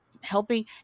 helping